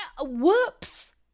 Whoops